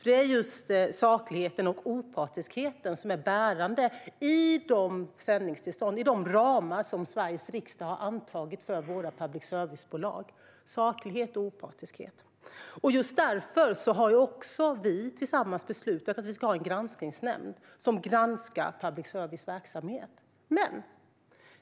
Det är ju just sakligheten och opartiskheten som är bärande i sändningstillstånden, i de ramar som Sveriges riksdag har antagit för våra public service-bolag. Just därför har också vi tillsammans beslutat att vi ska ha en granskningsnämnd som granskar public services verksamhet.